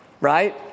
Right